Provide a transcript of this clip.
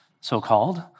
so-called